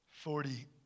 Forty